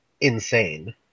insane